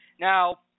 Now